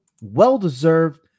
well-deserved